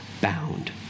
bound